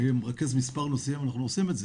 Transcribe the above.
אני מרכז מספר נושאים ואנחנו עושים את זה.